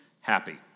happy